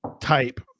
type